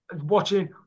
watching